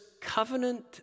covenant